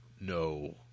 no